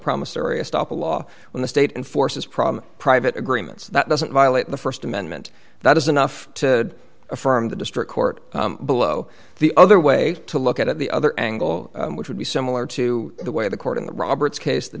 promissory estoppel law when the state and force is probably private agreements that doesn't violate the st amendment that is enough to affirm the district court below the other way to look at the other angle which would be similar to the way the court in the roberts case the